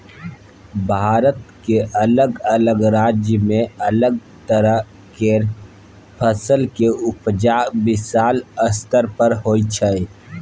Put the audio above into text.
भारतक अलग अलग राज्य में अलग तरह केर फसलक उपजा विशाल स्तर पर होइ छै